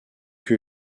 que